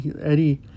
Eddie